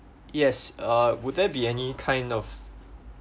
yes uh would there be any kind of